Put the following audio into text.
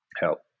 help